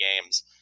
games